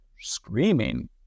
screaming